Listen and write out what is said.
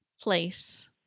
place